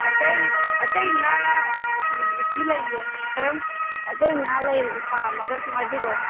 ꯑꯇꯩ ꯑꯇꯩ ꯉꯥ ꯑꯗꯨ ꯂꯩꯌꯦ ꯀꯔꯝ ꯑꯇꯩ ꯉꯥ ꯂꯩ ꯄꯥꯝꯃꯒꯁꯨ ꯑꯗꯨꯝ ꯍꯥꯏꯕꯤꯔꯛꯑꯣ